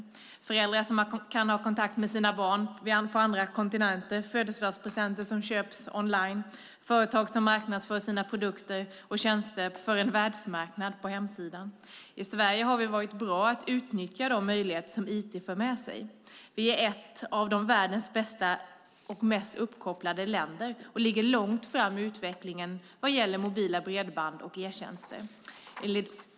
Det handlar om föräldrar som kan ha kontakt med sina barn på andra kontinenter, födelsedagspresenter som köps online och företag som marknadsför sina produkter och tjänster för en världsmarknad på hemsidan. I Sverige har vi varit bra på att utnyttja de möjligheter som IT för med sig. Vi är ett av världens mest uppkopplade länder och ligger långt fram i utvecklingen av mobila bredband och e-tjänster.